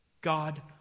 God